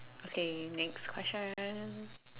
okay next question